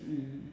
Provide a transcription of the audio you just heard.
mm